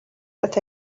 that